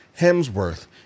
Hemsworth